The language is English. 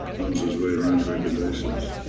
knows his way around regulations.